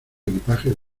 equipajes